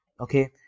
okay